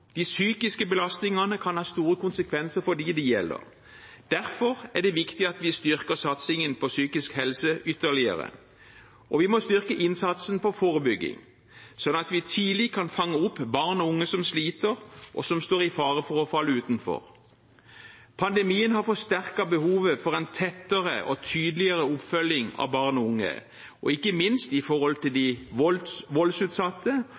de utfordringene. De psykiske belastningene kan ha store konsekvenser for dem det gjelder. Derfor er det viktig at vi styrker satsingen på psykisk helse ytterligere, og vi må styrke innsatsen på forebygging, slik at vi tidlig kan fange opp barn og unge som sliter, og som står i fare for å falle utenfor. Pandemien har forsterket behovet for en tettere og tydeligere oppfølging av barn og unge og ikke minst